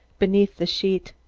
beneath the sheet.